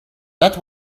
that